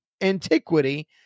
antiquity